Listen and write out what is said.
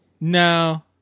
no